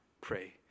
pray